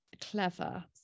clever